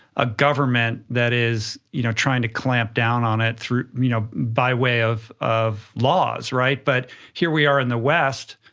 a government that is you know trying to clamp down on it you know by way of of laws, right? but here we are in the west,